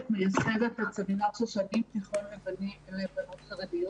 מייסדת את סמינר שושנים תיכון לבנות חרדיות.